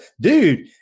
dude